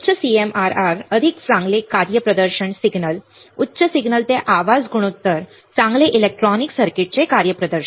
उच्च CMRR अधिक चांगले कार्यप्रदर्शन सिग्नल उच्च सिग्नल ते आवाज गुणोत्तर चांगले इलेक्ट्रॉनिक सर्किटचे कार्यप्रदर्शन